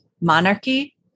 monarchy